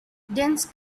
dense